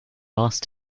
asked